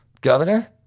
Governor